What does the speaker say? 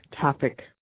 topic